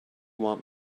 want